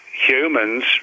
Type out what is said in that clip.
humans